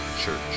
church